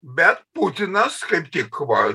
bet putinas kaip tik va